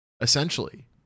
essentially